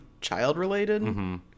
child-related